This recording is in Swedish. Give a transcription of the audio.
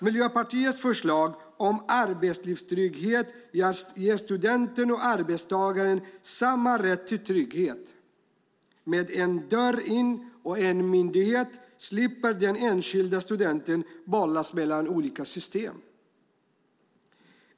Miljöpartiets förslag om arbetslivstrygghet ger studenter och arbetstagare samma rätt till trygghet. Med en dörr in och en myndighet slipper den enskilda studenten bollas mellan olika system.